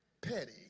petty